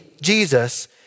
Jesus